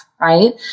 right